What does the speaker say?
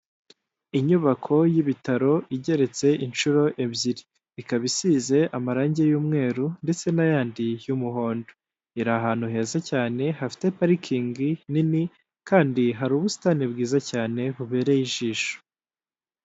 Inyubako y'ibitaro igeretse inshuro ebyiri, ikaba isize amarange y'umweru ndetse n'ayandi y'umuhondo, iri ahantu heza cyane hafite parikingi nini kandi hari ubusitani bwiza cyane bubereye ijisho.